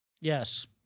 Yes